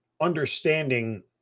understanding